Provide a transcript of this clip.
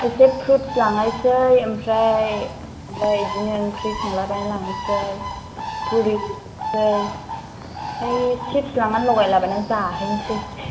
एसे फ्रुटस लांनोसै ओमफ्राय बिदिनो ओंख्रि संलाबायना लांनोसै फुरि लांनोसै ओमफ्राय चिप्स लांनानै लगायला बायनानै जाहैनोसै